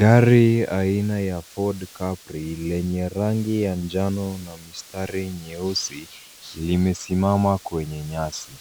Gari aina ya Ford Capri lenye rangi ya njano na mstari nyeusi limesimama kwenye nyasi.